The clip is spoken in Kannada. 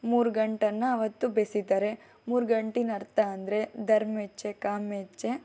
ಮೂರು ಗಂಟನ್ನು ಅವತ್ತು ಬೆಸಿತಾರೆ ಮೂರು ಗಂಟಿನ ಅರ್ಥ ಅಂದರೆ ಧರ್ಮೇ ಚ ಕಾಮೇ ಚ